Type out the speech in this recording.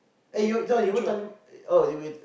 eh no you won't tell him oh you went into the